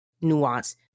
nuance